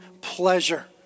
pleasure